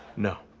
no.